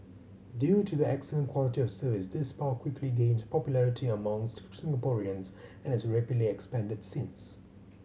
due to the excellent quality of service this spa quickly gained popularity amongst Singaporeans and has rapidly expanded since